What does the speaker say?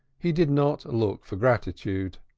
he did not look for gratitude.